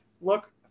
look